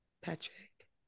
patrick